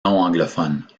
anglophones